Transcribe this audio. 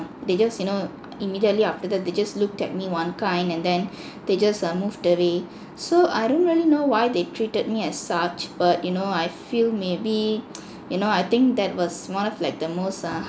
they just you know immediately after that they just looked at me one kind and then they just uh moved away so I don't really know why they treated me as such but you know I feel maybe you know I think that was one of like the most uh